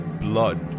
blood